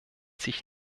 sich